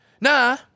Nah